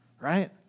right